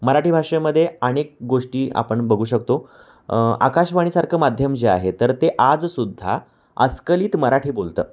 मराठी भाषेमध्ये अनेक गोष्टी आपण बघू शकतो आकाशवाणीसारखं माध्यम जे आहे तर ते आजसुद्धा अस्खलित मराठी बोलतात